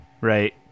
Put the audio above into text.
Right